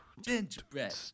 Gingerbread